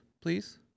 please